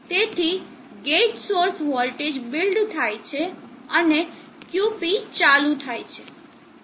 તેથી gate source voltage build થાય છે અને QP ચાલુ થાય છે